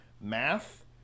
math